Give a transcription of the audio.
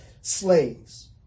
slaves